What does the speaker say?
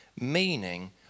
meaning